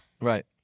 Right